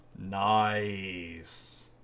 Nice